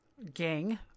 gang